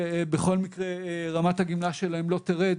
ובכל מקרה רמת הגמלה שלהם לא תרד